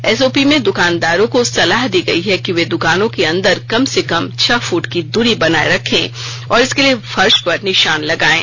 SOP में दुकानदारों को सलाह दी गई है कि वे दुकानों के अंदर कम से कम छह फूट की दूरी बनाए रखें और इसके लिए फर्श पर निशान लगाएं